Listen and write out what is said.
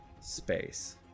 space